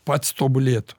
pats tobulėtų